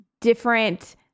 different